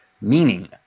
meaning